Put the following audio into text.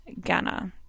Ghana